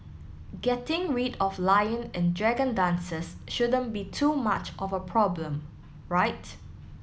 getting rid of lion and dragon dances shouldn't be too much of a problem right